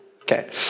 Okay